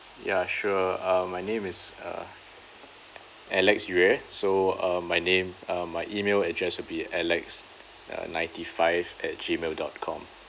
ya sure uh my name is uh alex yue so uh my name uh my email address uh be alex uh ninety five at G mail dot com